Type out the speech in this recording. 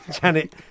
Janet